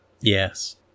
Yes